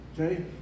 Okay